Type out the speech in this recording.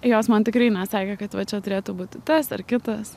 jos man tikrai nesakė kad va čia turėtų būti tas ar kitas